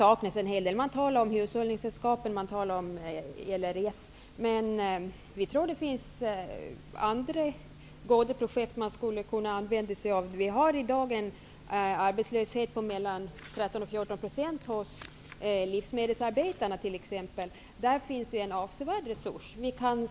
Man talar om hushållningskunskap och LRF. Vi tror att det finns andra goda projekt. Vi har i dag en arbetslöshet på mellan 13 och 14 % hos livsmedelsarbetare. Där finns en avsevärd resurs.